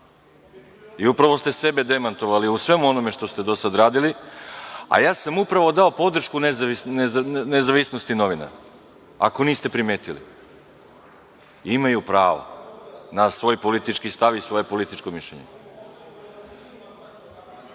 I upravo ste demantovali sebe u svemu onome što ste do sada radili, a ja sam upravo dao podršku nezavisnosti novinara, ako niste primetili. Imaju pravo na svoj politički stav i svoje političko mišljenje. Po